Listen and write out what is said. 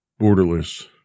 borderless